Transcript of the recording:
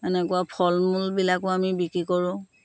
এনেকুৱা ফল মূলবিলাকো আমি বিক্ৰী কৰোঁ